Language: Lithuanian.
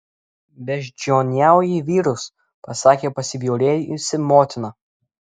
beždžioniauji vyrus pasakė pasibjaurėjusi motina